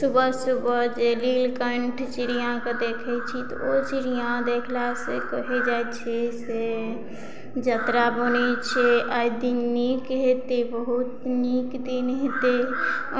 सुबह सुबह जे नीलकण्ठ चिड़ियाके देखय छी तऽ ओ चिड़िया देखलासँ कहय जाइ छै से जतरा बनय छै अइ दिन नीक हेतय बहुत नीक दिन हेतय